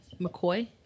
McCoy